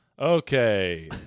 Okay